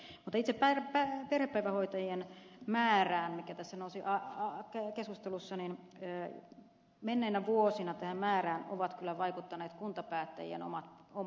mutta itse perhepäivähoitajien määrään mikä tässä keskustelussa nousi esille menneinä vuosina tähän määrään ovat kyllä vaikuttaneet kuntapäättäjien omat toimet